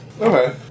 Okay